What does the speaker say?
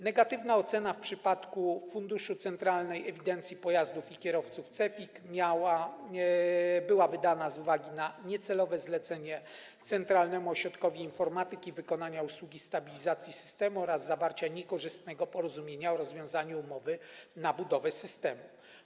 Negatywna ocena w przypadku Funduszu - Centralna Ewidencja Pojazdów i Kierowców, CEPiK, była wydana z uwagi na niecelowe zlecenie Centralnemu Ośrodkowi Informatyki wykonania usługi stabilizacji systemu oraz zawarcia niekorzystnego porozumienia o rozwiązaniu umowy na budowę systemu.